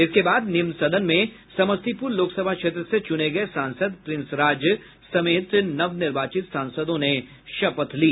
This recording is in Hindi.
इसके बाद निम्न सदन में समस्तीपुर लोकसभा क्षेत्र से चुने गये सांसद प्रिंस राज समेत नवनिर्वाचित सांसदों ने शपथ ली